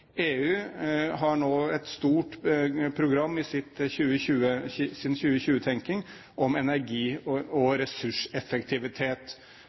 EU har nå et stort program i sin 2020-tenkning om energi og